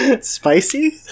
Spicy